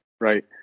Right